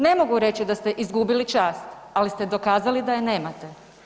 Ne mogu reći da ste izgubili čast, ali ste dokazali da je nemate.